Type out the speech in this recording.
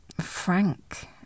frank